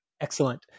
Excellent